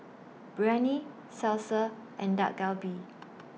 Biryani Salsa and Dak Galbi